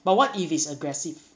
but what if it's aggressive